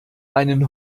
einen